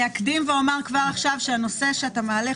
אקדים ואומר כבר עכשיו שהנושא שאתה מעלה,